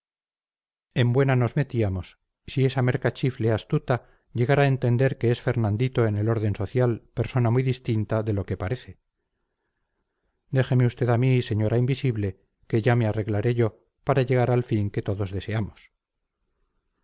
en buena nos metíamos si esa mercachifle astuta llegara a entender que es fernandito en el orden social persona muy distinta de lo que parece déjeme usted a mí señora invisible que ya me arreglaré yo para llegar al fin que todos deseamos